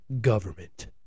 government